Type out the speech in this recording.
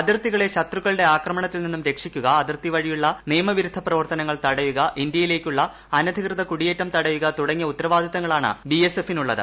അതിർത്തികൾ ശത്രുക്കളുടെ ആക്രമണത്തിൽ നിന്നും രക്ഷിക്കുക അതിർത്തി വഴിയുള്ള നിയമ്പ്രിരുദ്ധ പ്രവർത്തനങ്ങൾ തടയുക ഇന്ത്യയിലേക്കുള്ള അനധികൃത് കുടിയേറ്റം തടയുക തുടങ്ങിയ ഉത്തരവാദിത്തങ്ങളാണ് അതിർത്തി രക്ഷാ സേനക്കുള്ളത്